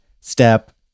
step